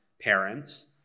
parents